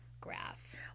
graph